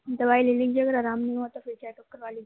دوائی لے لیجیے اگر آرام نہیں ہُوا تو پھر چیک اپ کر وا لیجیے